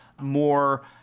more